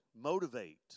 Motivate